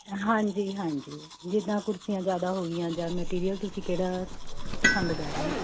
ਹਾਂਜੀ ਹਾਂਜੀ ਜਿੱਦਾਂ ਕੁਰਸੀਆਂ ਜ਼ਿਆਦਾ ਹੋਗੀਆਂ ਜਾਂ ਮਟੀਰੀਅਲ ਤੁਸੀਂ ਕਿਹੜਾ ਪਸੰਦ ਕਰ ਰਹੇ ਓਂ